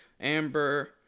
amber